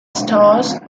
stores